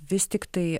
vis tiktai